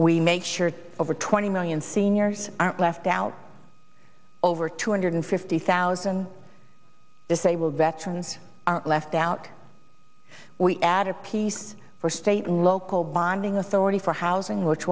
we make sure over twenty million seniors are left out over two hundred fifty thousand disabled veterans are left out we added piece for state local bonding authority for housing which